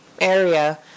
area